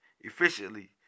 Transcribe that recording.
efficiently